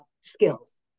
skills